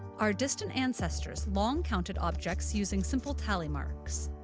our distant ancestors long counted objects using simple tally marks.